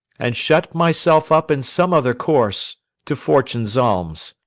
and shut myself up in some other course to fortune's alms.